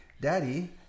Daddy